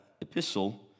epistle